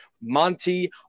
Monty